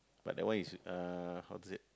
but that one is uh how to said